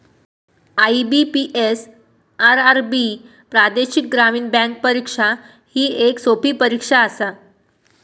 IBPS, RRB प्रादेशिक ग्रामीण bank परीक्षा ही येक सोपी परीक्षा आसा